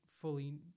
fully